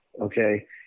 okay